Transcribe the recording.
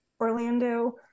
Orlando